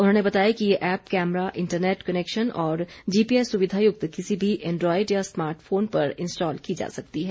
उन्होंने बताया कि ये ऐप्प कैमरा इंटरनेट कनैक्शन और जीपीएस सुविधा युक्त या एंड्रॉयड किसी भी स्मार्ट फोन पर इंस्टाल की जा सकती है